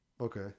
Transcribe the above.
Okay